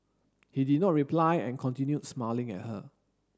he did not reply and continued smiling at her